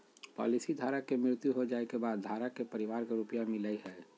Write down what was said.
policy धारक के मृत्यु हो जाइ के बाद धारक के परिवार के रुपया मिलेय हइ